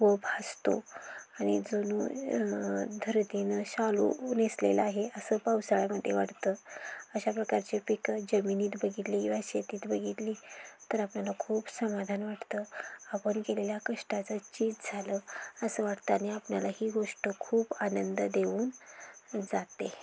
व भासतो आणि जणू धरतीनं शालू नेसलेलं आहे असं पावसाळ्यामध्ये वाटतं अशा प्रकारचे पिकं जमिनीत बघितली किवा शेतीत बघितली तर आपल्याला खूप समाधान वाटतं आपण केलेल्या कष्टाचं चीज झालं असं वाटतं आणि आपल्याला ही गोष्ट खूप आनंद देऊन जाते